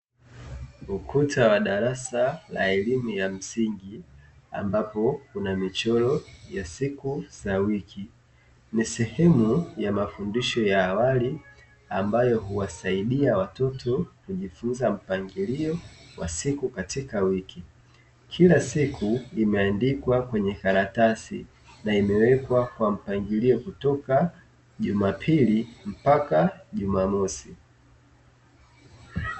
Ukuta wa darasa la elimu ya msingi ambapo kuna michoro ya siku za wiki Ni sehemu ya mafundisho ya awali ambayo huwasaidia watoto kujifunza mpangilio wa siku katika wiki. Kila siku imeandikwa kwenye karatasi na imewekwa kwa mpangilio kutoka jumapili mpaka jumamosi